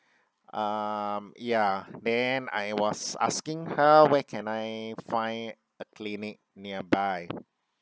um ya then I was asking her where can I find a clinic nearby